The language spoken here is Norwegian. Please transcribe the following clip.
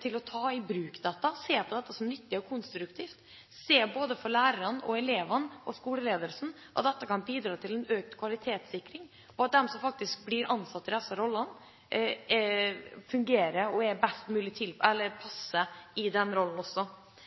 til å ta den i bruk – se på dette som nyttig og konstruktivt, se at det for elever, lærere og skoleledelse kan bidra til økt kvalitetssikring – og at de som blir ansatt i disse rollene, fungerer og passer der. Så det jeg håper å få ut av denne interpellasjonsdebatten, er